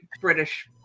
British